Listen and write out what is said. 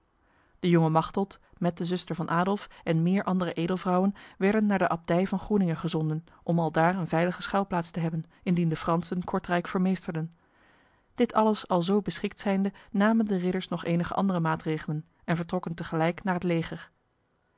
de jonge machteld met de zuster van adolf en meer andere edelvrouwen werden naar de abdij van groeninge gezonden om aldaar een veilige schuilplaats te hebben indien de fransen kortrijk vermeesterden dit alles alzo beschikt zijnde namen de ridders nog enige andere maatregelen en vertrokken tegelijk naar het leger